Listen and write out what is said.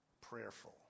prayerful